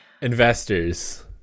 Investors